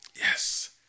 Yes